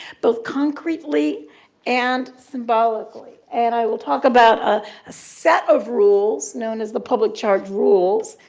both concretely and symbolically. and i will talk about a ah set of rules known as the public charge rules,